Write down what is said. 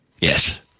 Yes